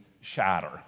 shatter